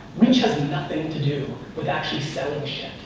reach has nothing to do with actually selling shit.